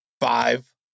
five